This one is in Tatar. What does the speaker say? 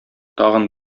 тагын